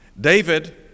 David